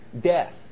death